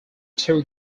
took